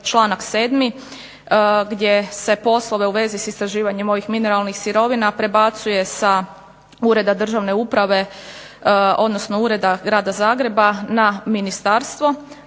članak 7. gdje se poslove u svezi istraživanja ovih mineralnih sirovina prebacuje sa Ureda državne uprave, odnosno Ureda Grada Zagreba na ministarstvo.